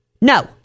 No